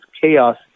chaos